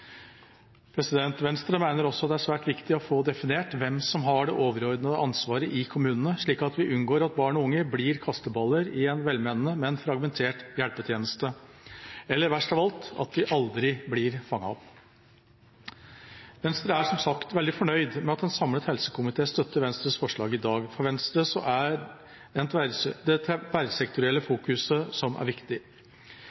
unngå. Venstre mener også det er svært viktig å få definert hvem som har det overordnede ansvaret i kommunene, slik at vi unngår at barn og unge blir kasteballer i en velmenende, men fragmentert hjelpetjeneste, eller verst av alt – at de aldri blir fanget opp. Venstre er som sagt veldig fornøyd med at en samlet helsekomité støtter Venstres forslag i dag. For Venstre er det det tverrsektorielle